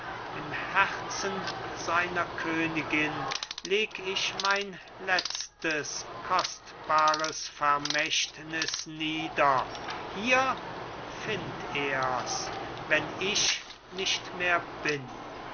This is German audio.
im herzen seiner königin leg ich mein letztes kostbares vermächtnis nieder hier find ers wenn ich nicht mehr bin